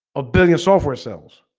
a billion software cells